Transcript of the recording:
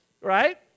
right